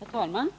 Herr talman!